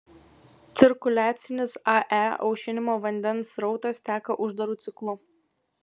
cirkuliacinis ae aušinimo vandens srautas teka uždaru ciklu